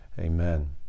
Amen